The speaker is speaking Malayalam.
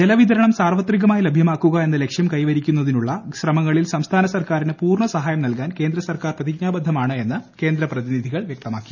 ജലവിതരണം സാർവത്രികമായി ലഭ്യമാക്കുക എന്ന ലക്ഷ്യം കൈവരിക്കുന്നതിനുള്ള ശ്രമങ്ങളിൽ സംസ്ഥാന സർക്കാരിന് പൂർണ്ണ സഹായം നൽകാൻ കേന്ദ്ര സർക്കാർ പ്രതിജ്ഞാബദ്ധമാണ് എന്ന് കേന്ദ്ര പ്രതിനിധികൾ വ്യക്തമാക്കി